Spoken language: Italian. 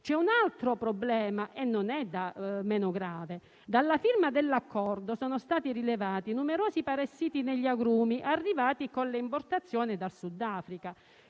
poi un altro problema, che non è meno grave. Dalla firma dell'accordo, sono stati rilevati numerosi parassiti negli agrumi, arrivati con le importazioni dal Sudafrica.